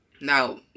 now